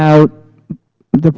out the